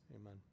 Amen